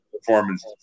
performance